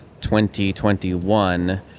2021